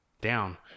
down